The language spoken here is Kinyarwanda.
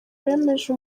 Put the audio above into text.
bemeje